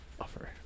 offer